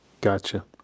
Gotcha